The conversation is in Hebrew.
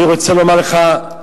אני רוצה לומר לך,